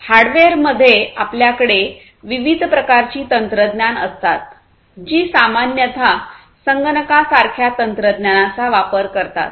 हार्डवेअरमध्ये आपल्याकडे विविध प्रकारची तंत्रज्ञान असतात जी सामान्यत संगणकासारख्या तंत्रज्ञानाचा वापर करतात